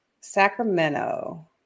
Sacramento